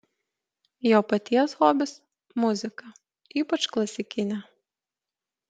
jo paties hobis muzika ypač klasikinė